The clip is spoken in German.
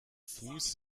fuß